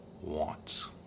wants